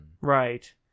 Right